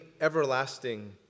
everlasting